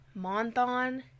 Monthon